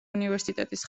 უნივერსიტეტის